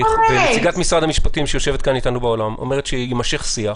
ונציגת משרד המשפטים שיושבת כאן איתנו באולם אומרת שיימשך שיח.